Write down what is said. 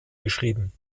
geschrieben